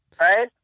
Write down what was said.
Right